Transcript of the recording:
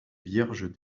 vierges